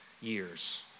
years